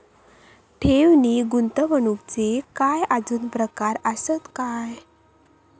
ठेव नी गुंतवणूकचे काय आजुन प्रकार आसत काय?